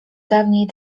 dawniej